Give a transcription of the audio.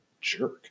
jerk